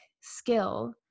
skill